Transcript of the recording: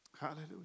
Hallelujah